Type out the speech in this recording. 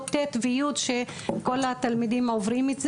ט' ו-י' שכל התלמידים עוברים את זה.